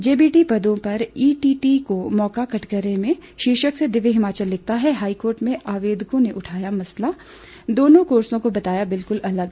JBT पदों पर ETT को मौका कठघरे में शीर्षक से दिव्य हिमाचल लिखता है हाईकोर्ट में आवेदकों ने उठाया मसला दोनों कोर्सों को बताया बिलकुल अलग